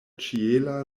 ĉiela